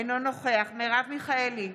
אינו נוכח מרב מיכאלי,